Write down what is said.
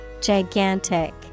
Gigantic